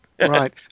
Right